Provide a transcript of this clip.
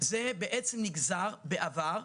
זה נגזר בעבר,